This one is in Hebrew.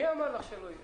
מי אמר לך שלא יהיה?